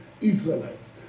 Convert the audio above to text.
Israelites